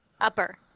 upper